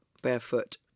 barefoot